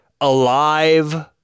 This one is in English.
alive